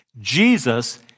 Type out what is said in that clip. Jesus